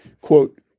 quote